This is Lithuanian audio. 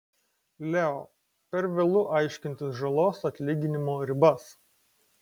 leo per vėlu aiškintis žalos atlyginimo ribas